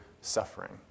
suffering